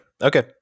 Okay